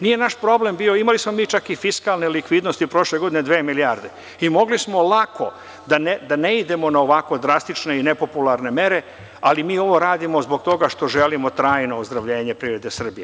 Nije naš problem bio, imali smo mi čak i fiskalne likvidnosti prošle godine dve milijarde i mogli smo lako da ne idemo na ovako drastične i nepopularne mere, ali mi ovo radimo zbog toga što želimo trajno ozdravljenje privrede Srbije.